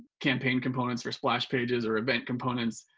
campaign components or splash pages or event components.